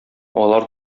алар